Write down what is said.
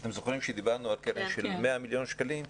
אתם זוכרים שדיברנו על קרן של 100 מיליון שקלים,